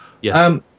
Yes